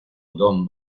don